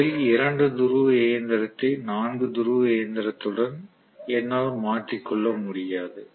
இதில் 2 துருவ இயந்திரத்தை 4 துருவ இயந்திரத்துடன் என்னால் மாற்றிக்கொள்ள முடியாது